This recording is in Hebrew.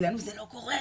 אצלינו זה לא קורה.